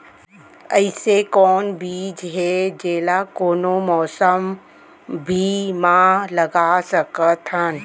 अइसे कौन बीज हे, जेला कोनो मौसम भी मा लगा सकत हन?